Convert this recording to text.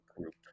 group